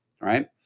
right